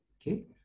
okay